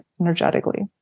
energetically